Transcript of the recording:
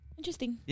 interesting